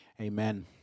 amen